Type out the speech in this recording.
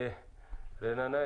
נעמה,